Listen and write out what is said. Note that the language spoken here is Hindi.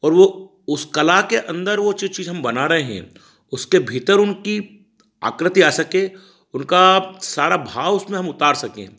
और वह उस कला के अन्दर वह जो चीज़ हम बना रहे हैं उसके भीतर उनकी आकृति आ सके उनका सारा भाव उसमें हम उतार सकें